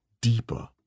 Deeper